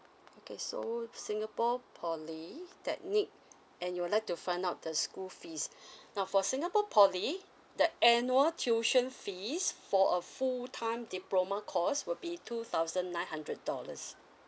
okay so singapore poly that need and you would like to find out the school fees now for singapore poly the annual tuition fees for a full time diploma course would be two thousand nine hundred dollars